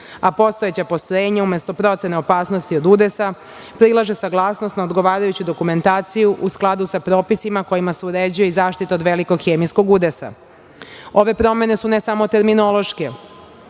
a postojeća postrojenja umesto procena opasnosti od udesa prilaže saglasnost na odgovarajuću dokumentaciju u skladu sa propisima kojima se uređuje i zaštita od velikog hemijskog udesa. Ove promene su samo terminološke,